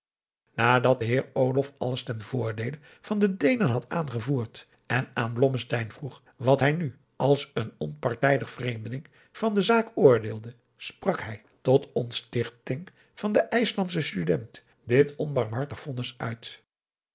nadat de heer olof alles ten voordeele van de deenen had aangevoerd en aan blommesteyn vroeg wat hij nu als een onpartijdig vreemdeling van de zaak oordeelde sprak hij tot ontstichting van den ijslandschen student dit onbarmhartig vonnis uit